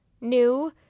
new